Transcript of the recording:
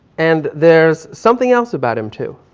and there's something else about him too.